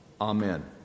Amen